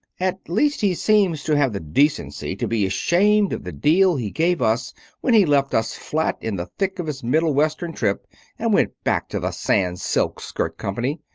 at least, he seems to have the decency to be ashamed of the deal he gave us when he left us flat in the thick of his middle western trip and went back to the sans-silk skirt company.